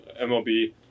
MLB